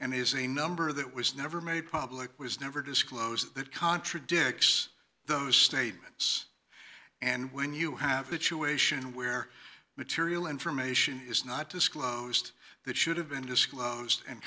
and is a number that was never made public was never disclosed that contradicts those statements and when you have it you ation where material information is not disclosed that should have been disclosed and